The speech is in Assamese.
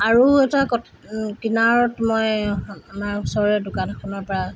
আৰু এটা ক কিনা মই আমাৰ ওচৰৰে দোকান এখনৰ পৰা